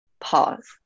pause